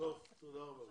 תודה רבה.